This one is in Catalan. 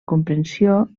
comprensió